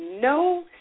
no